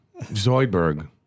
Zoidberg